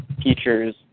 teachers